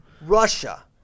Russia